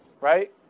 right